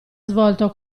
svolto